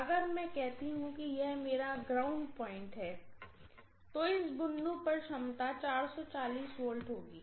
अब अगर मैं कहती हूँ कि यह मेरा ग्राउंड पॉइंट है तो इस बिंदु पर क्षमता 440 V होगी